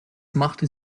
machte